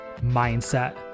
mindset